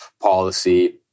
Policy